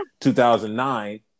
2009